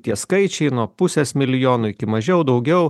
tie skaičiai nuo pusės milijono iki mažiau daugiau